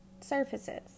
surfaces